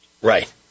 Right